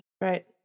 Right